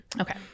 Okay